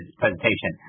presentation